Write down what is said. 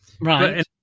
right